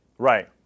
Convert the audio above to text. Right